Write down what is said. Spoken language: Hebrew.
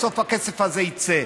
בסוף הכסף הזה יצא,